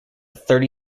thirty